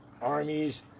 armies